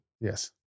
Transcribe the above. Yes